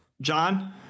John